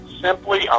simply